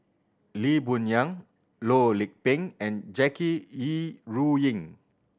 Lee Boon Yang Loh Lik Peng and Jackie Yi Ru Ying